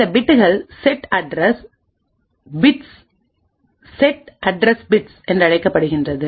இந்த பிட்கள்செட் address bits என்றழைக்கப்படுகின்றது